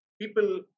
people